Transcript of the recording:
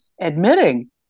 admitting